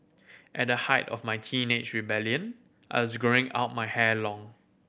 at the height of my teenage rebellion I was growing out my hair long